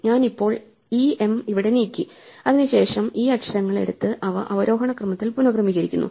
ഞാൻ ഇപ്പോൾ ഈ എം ഇവിടെ നീക്കി അതിന് ശേഷം ഈ അക്ഷരങ്ങൾ എടുത്ത് അവ ആരോഹണ ക്രമത്തിൽ പുനക്രമീകരിക്കുന്നു